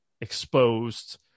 exposed